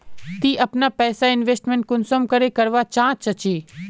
ती अपना पैसा इन्वेस्टमेंट कुंसम करे करवा चाँ चची?